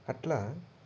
అట్లా